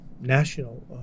National